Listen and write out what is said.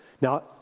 Now